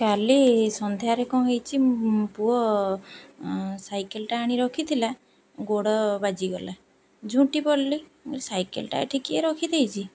କାଲି ସନ୍ଧ୍ୟାରେ କ'ଣ ହେଇଛି ପୁଅ ସାଇକେଲଟା ଆଣି ରଖିଥିଲା ଗୋଡ଼ ବାଜିଗଲା ଝୁଁଣ୍ଟି ପଡ଼ିଲି ମୁଁ ସାଇକେଲଟା ଏଠି କିଏ ରଖିଦେଇଛି